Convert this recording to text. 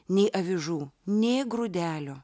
nei avižų nė grūdelio